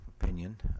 opinion